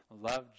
love